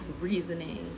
reasoning